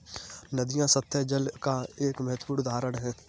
नदियां सत्तह जल का एक महत्वपूर्ण उदाहरण है